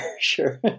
sure